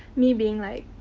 me being like.